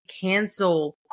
cancel